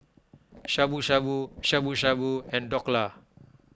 Shabu Shabu Shabu Shabu and Dhokla